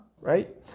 right